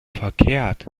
verkehrt